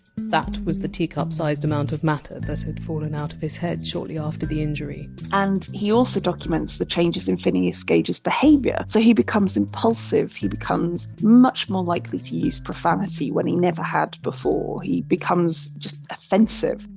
that was the teacup-sized amount of matter that had fallen out of his head shortly after the injury and he also documents the changes in phineas gage's behaviour. so he becomes impulsive he becomes much more likely to use profanity when he never had before. he becomes essentially just offensive.